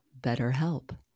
BetterHelp